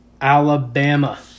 Alabama